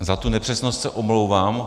Za tu nepřesnost se omlouvám.